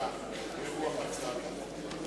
ברוח הצעת החוק הזאת,